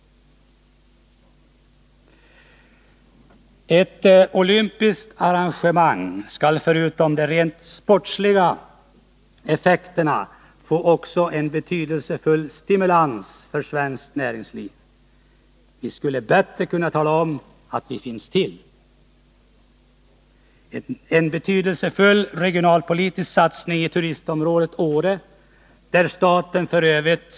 Ett olympiskt arrangemang skulle förutom de rent sportsliga effekterna också innebära en betydelsefull stimulans för svenskt näringsliv. Vi skulle bättre kunna tala om att vi finns till. En betydelsefull regionalpolitisk satsning i turistområdet Åre, där staten f.ö.